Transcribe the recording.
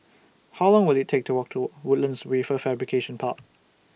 How Long Will IT Take to Walk to Woodlands Wafer Fabrication Park